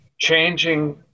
changing